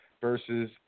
versus